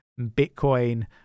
Bitcoin